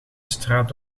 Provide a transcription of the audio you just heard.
straat